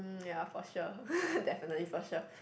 mm ya for sure definitely for sure